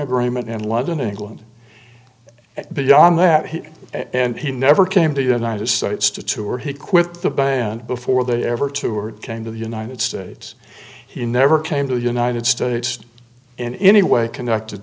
agreement in london england beyond that he and he never came to united states to tour he quit the band before that ever to or came to the united states he never came to the united states in any way connected